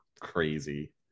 crazy